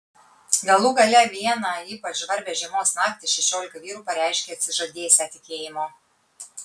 galų gale vieną ypač žvarbią žiemos naktį šešiolika vyrų pareiškė atsižadėsią tikėjimo